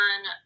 on